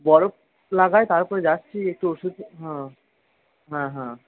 বরফ লাগায় তারপরে যাচ্ছি একটু ওষুধ হ্যাঁ হ্যাঁ হ্যাঁ